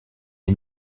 est